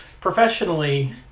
professionally